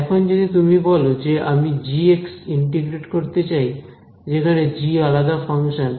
এখন যদি তুমি বলো যে আমি g ইন্টিগ্রেট করতে চাই যেখানে g আলাদা ফাংশন